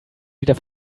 wieder